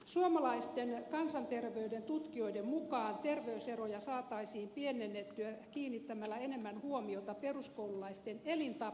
suomalaisten kansanterveyden tutkijoiden mukaan terveyseroja saataisiin pienennettyä kiinnittämällä enemmän huomiota peruskoululaisten elintapoihin